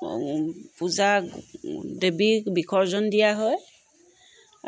পূজা দেৱীক বিসৰ্জন দিয়া হয়